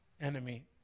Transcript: enemy